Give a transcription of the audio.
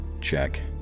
check